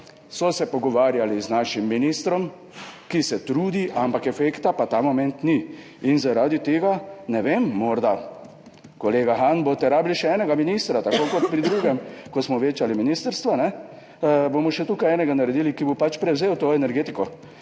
so se pogovarjali z našim ministrom, ki se trudi, ampak efekta pa ta moment ni. In zaradi tega boste morda, ne vem, kolega Han, potrebovali še enega ministra, tako kot pri drugem, ko smo večali ministrstva, bomo še tukaj naredili enega, ki bo pač prevzel to energetiko.